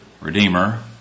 Redeemer